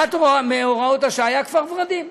אחת מהוראות השעה הייתה כפר ורדים.